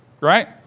right